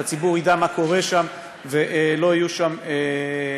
שהציבור ידע מה קורה שם ולא יהיו שם טעויות.